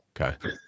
Okay